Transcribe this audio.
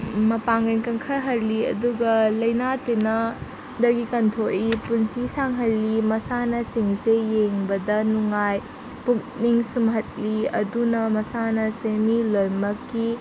ꯃꯄꯥꯡꯒꯜ ꯀꯪꯈꯠꯍꯜꯂꯤ ꯑꯗꯨꯒ ꯂꯥꯏꯅꯥ ꯇꯤꯟꯅꯥꯗꯒꯤ ꯀꯟꯊꯣꯛꯏ ꯄꯨꯟꯁꯤ ꯁꯥꯡꯍꯜꯂꯤ ꯃꯁꯥꯟꯅꯁꯤꯡꯁꯦ ꯌꯦꯡꯕꯗ ꯅꯨꯡꯉꯥꯏ ꯄꯨꯛꯅꯤꯡ ꯁꯨꯝꯍꯠꯂꯤ ꯑꯗꯨꯅ ꯃꯁꯥꯟꯅꯁꯦ ꯃꯤ ꯂꯣꯏꯃꯛꯀꯤ